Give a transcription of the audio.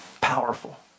Powerful